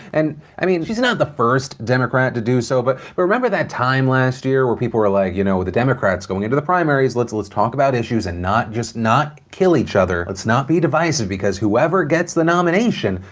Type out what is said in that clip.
and i mean, she's not the first democrat to do so, but but remember that time last year when people were like, you know, with the democrats going into the primaries, let's let's talk about issues and not just, not kill each other, let's not be divisive, because whoever get the nomination,